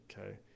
okay